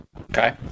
okay